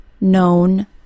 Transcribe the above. Known